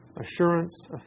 assurance